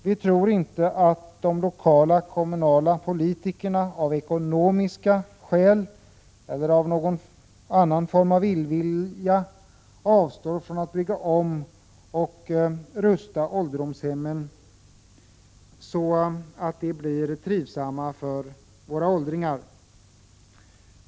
Vi tror inte att de lokala kommunala politikerna av ekonomiska skäl eller på grund av någon form av illvilja avstår från att bygga om och upprusta ålderdomshemmen, så att de blir trivsamma för våra åldringar.